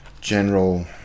general